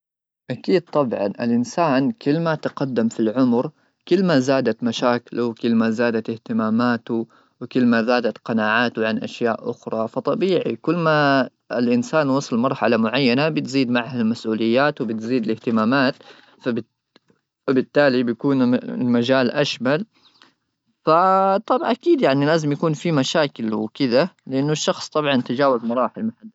اكيد طبعا الانسان كلمه تقدم في العمر كل ما زادت مشاكله ,كل ما زادت اهتماماته ,وكل ما زادت قناعاته عن اشياء اخرى ,فطبيعي كل ما الانسان ;وصل مرحله معينه بتزيد معها المسؤوليات الاهتمامات فبالتالي بيكون مجال اشمل فطبع اكيد يعني لازم يكون في مشاكل وكذا لان الشخص طبعا تجاوز مراح.